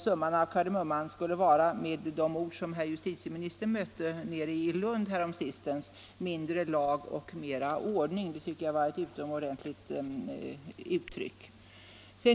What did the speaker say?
Summan av kardemumman skulle, med de ord som herr justitieministern mötte nere i Lund häromsistens, vara mindre lag och mera ordning. Det var ett utomordentligt uttryck.